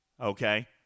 Okay